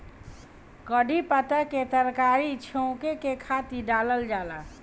कढ़ी पत्ता के तरकारी छौंके के खातिर डालल जाला